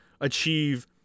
achieve